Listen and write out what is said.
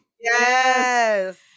Yes